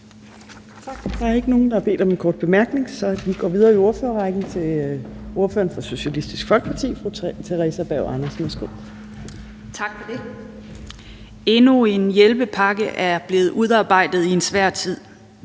Endnu en hjælpepakke er blevet udarbejdet i en svær tid.